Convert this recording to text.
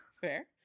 fair